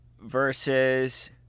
versus